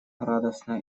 радостно